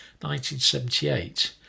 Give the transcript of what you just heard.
1978